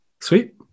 Sweet